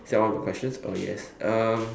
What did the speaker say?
is that one of the questions oh yes um